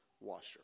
washer